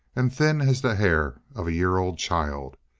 and thin as the hair of a year-old child.